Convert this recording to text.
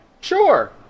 sure